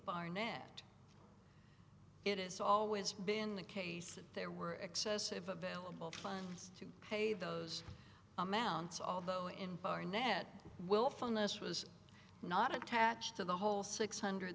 barnett it is always been the case that there were excess of available funds to pay those amounts although in barnett willfulness was not attached to the whole six hundred